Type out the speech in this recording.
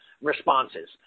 responses